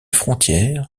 frontières